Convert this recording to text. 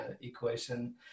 equation